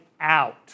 out